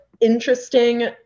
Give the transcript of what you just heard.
interesting